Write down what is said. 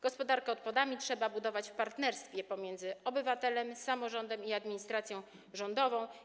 Gospodarkę odpadami trzeba budować w partnerstwie pomiędzy obywatelem, samorządem i administracją rządową.